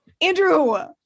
Andrew